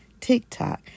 TikTok